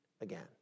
again